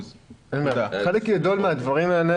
חלק גדול מהדברים האלו